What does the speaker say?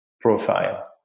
profile